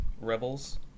Rebels